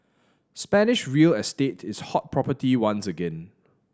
Spanish real estate is hot property once again